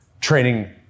training